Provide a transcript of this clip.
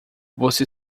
você